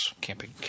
camping